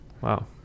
Wow